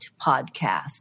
podcast